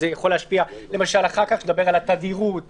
יכול להשפיע כשנדבר אחר כך על התדירות,